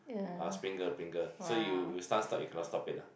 ah sprinkle Pringle so you start start you cannot stop it lah